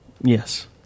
Yes